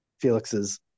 Felix's